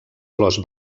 flors